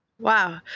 wow